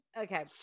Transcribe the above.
Okay